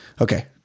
Okay